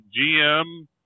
GM